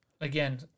Again